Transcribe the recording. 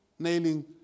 nailing